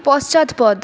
পশ্চাৎপদ